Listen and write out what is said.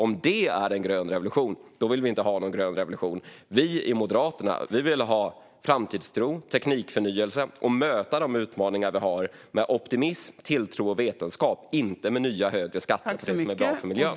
Om det är en grön revolution vill vi inte ha någon grön revolution. Vi i Moderaterna vill ha framtidstro och teknikförnyelse. Vi vill möta de utmaningar vi har med optimism, tilltro och vetenskap, inte med nya högre skatter på det som är bra för miljön.